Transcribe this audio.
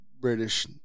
British